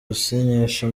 gusinyisha